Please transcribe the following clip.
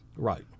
Right